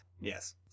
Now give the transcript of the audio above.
Yes